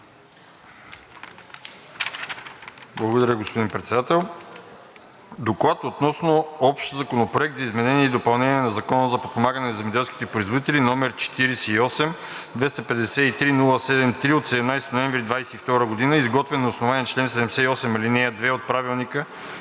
Благодаря, господин Председател. „Доклад относно общ законопроект за изменение и допълнение на Закона за подпомагане на земеделските производители № 48-253-07-3 от 17 ноември 2022 г., изготвен на основание чл. 78, ал. 2 от Правилника